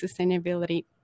sustainability